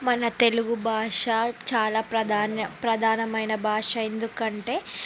మన తెలుగు భాష చాలా ప్రధాన ప్రధానమైన భాష ఎందుకంటే